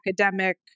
academic